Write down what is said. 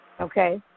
Okay